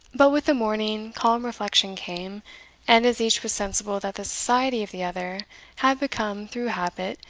but with the morning calm reflection came and as each was sensible that the society of the other had become, through habit,